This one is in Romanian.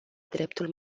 dreptul